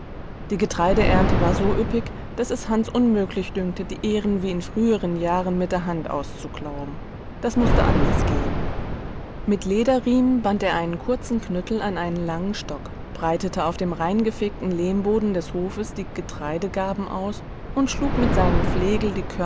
die getreideernte war so üppig daß es hans unmöglich dünkte die ähren wie in früheren jahren mit der hand auszuklauben das mußte anders gehen mit lederriemen band er einen kurzen knüttel an einen langen stock breitete auf dem reingefegten lehmboden des hofes die getreidegarben aus und schlug mit seinem